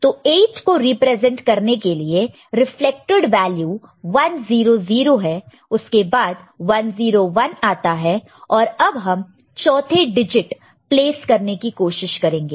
तो 8 को रिप्रेजेंट करने के लिए रिफ्लेक्टड वैल्यू 1 0 0 है उसके बाद 1 0 1 आता है और अब हम चौथा डिजिट प्लेस करने की कोशिश करेंगे